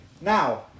Now